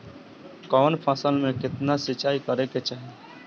कवन फसल में केतना सिंचाई करेके चाही?